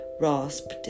rasp